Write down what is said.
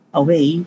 away